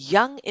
Young